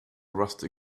rusty